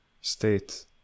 state